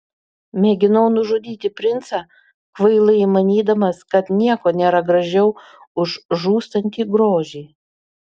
mėginau nužudyti princą kvailai manydamas kad nieko nėra gražiau už žūstantį grožį